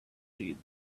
teeth